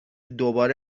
دوباره